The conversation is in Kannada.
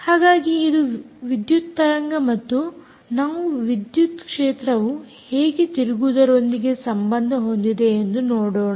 ಹಾಗಾಗಿ ಇದು ವಿದ್ಯುತ್ ತರಂಗ ಮತ್ತು ನಾವು ವಿದ್ಯುತ್ ಕ್ಷೇತ್ರವು ಹೇಗೆ ತಿರುಗುವುದರೊಂದಿಗೆ ಸಂಬಂಧ ಹೊಂದಿದೆ ಎಂದು ನೋಡೋಣ